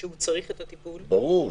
שהוא צריך את הטיפול --- ברור,